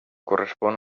correspon